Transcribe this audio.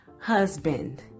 husband